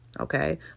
Okay